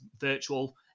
virtual